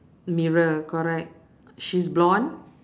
mirror correct she's blonde